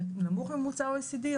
נמוך מממוצע OECD,